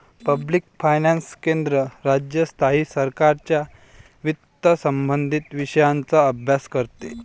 public finance केंद्र, राज्य, स्थायी सरकारांच्या वित्तसंबंधित विषयांचा अभ्यास करते